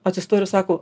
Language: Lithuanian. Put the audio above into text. atsistojo ir sako